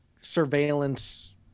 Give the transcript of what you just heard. surveillance